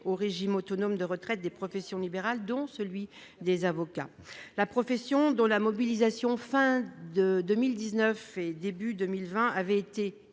au régime autonome de retraite des professions libérales, dont celui des avocats. La profession, dont la mobilisation à la fin de 2019 et au début de 2020 avait été